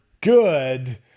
good